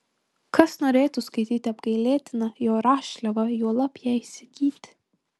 kas norėtų skaityti apgailėtiną jo rašliavą juolab ją įsigyti